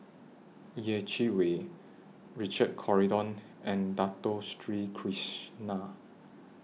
Yeh Chi Wei Richard Corridon and Dato Sri Krishna